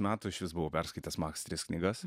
metų šis buvo perskaitęs max tris knygas